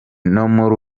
muri